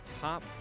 top –